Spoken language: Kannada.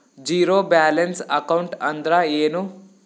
ಝೀರೋ ಬ್ಯಾಲೆನ್ಸ್ ಅಕೌಂಟ್ ಅಂದ್ರ ಏನು?